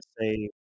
say